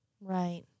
right